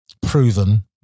proven